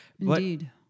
Indeed